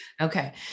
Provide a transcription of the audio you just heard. Okay